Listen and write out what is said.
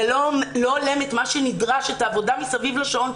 זה לא הולם את הנדרש את העבודה מסביב לשעון.